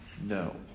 No